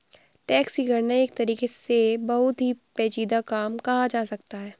tax की गणना एक तरह से बहुत ही पेचीदा काम कहा जा सकता है